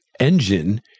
engine